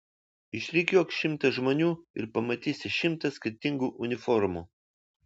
išrikiuok šimtą žmonių ir pamatysi šimtą skirtingų uniformų